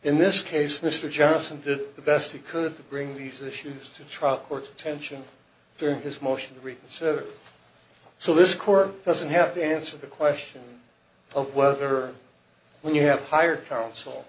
in this case mr johnson did the best he could to bring these issues to trial court's attention during his motion to reconsider so this court doesn't have to answer the question of whether you have hired coun